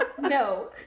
No